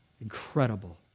incredible